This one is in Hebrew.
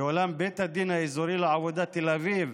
ואולם בית הדין האזורי לעבודה תל אביב,